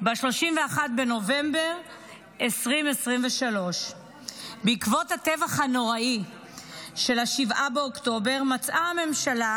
ב-31 באוקטובר 2023. בעקבות הטבח הנוראי של 7 באוקטובר מצאה הממשלה,